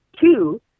Two